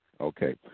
Okay